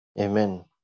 Amen